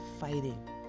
fighting